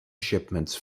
shipments